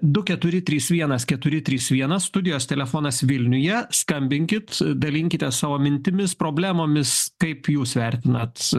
du keturi trys vienas keturi trys vienas studijos telefonas vilniuje skambinkit dalinkitės savo mintimis problemomis kaip jūs vertinat